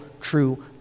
true